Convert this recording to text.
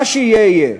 מה שיהיה יהיה.